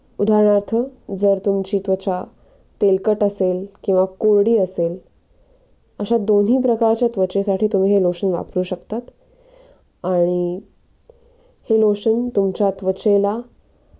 उदाहरणार्थ जर तुमची त्वचा तेलकट असेल किंवा कोरडी असेल अशा दोन्ही प्रकारच्या त्वचेसाठी तुम्ही हे लोशन वापरू शकतात आणि हे लोशन तुमच्या त्वचेला